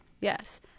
Yes